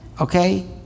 okay